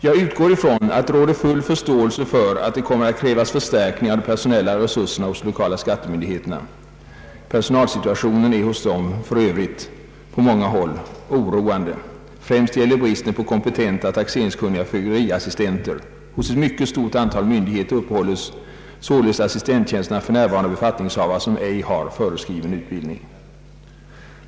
Jag utgår från att det råder full förståelse för att detta kommer att kräva förstärkning av de personella resurserna hos de lokala skattemyndigheterna. Personalsituationen är för övrigt hos många av dessa oroande. Främst gäller det bristen på kompetenta, taxeringskunniga fögderiassistenter. Hos ett mycket stort antal myndigheter uppehålles således assistenttjänsterna för närvarande av befattningshavare, som ej har föreskriven utbildning.